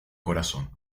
corazón